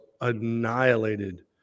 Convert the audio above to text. annihilated